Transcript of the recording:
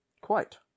Quite